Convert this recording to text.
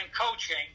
coaching